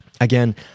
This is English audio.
Again